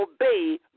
Obey